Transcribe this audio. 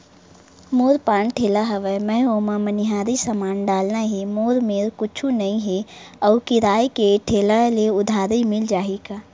मोर पान ठेला हवय मैं ओमा मनिहारी समान डालना हे मोर मेर कुछ नई हे आऊ किराए के ठेला हे उधारी मिल जहीं का?